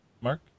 Mark